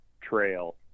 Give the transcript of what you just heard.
trail